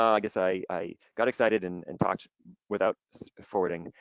i guess i i got excited and and talked without forwarding,